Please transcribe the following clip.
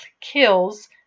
kills